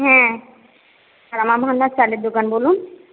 হ্যাঁ তারা মা ভাণ্ডার চালের দোকান বলুন